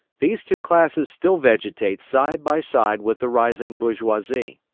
these two classes still vegetate side by side with the rising bourgeoisie.